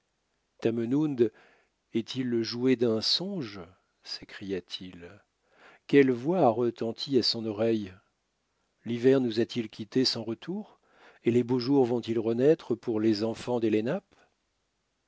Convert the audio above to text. tamenund est-il le jouet d'un songe s'écria-t-il quelle voix a retenti à son oreille l'hiver nous a-t-il quittés sans retour et les beaux jours vont-ils renaître pour les enfants